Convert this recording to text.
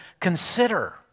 consider